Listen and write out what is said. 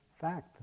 fact